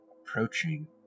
approaching